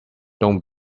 don’t